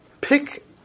pick